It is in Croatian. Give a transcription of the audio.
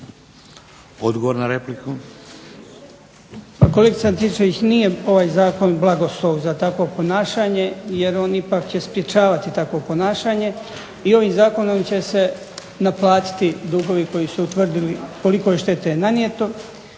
Odgovor na repliku.